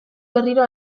berriro